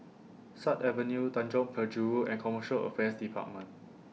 Sut Avenue Tanjong Penjuru and Commercial Affairs department